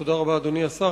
תודה רבה, אדוני השר.